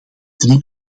drie